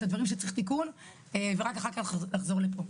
הדברים שצריך תיקון ורק אחר כך לחזור לפה.